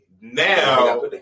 Now